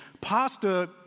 pasta